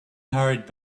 hurried